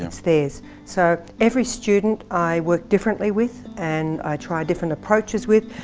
it's theirs. so every student i work differently with, and i try different approaches with,